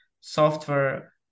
software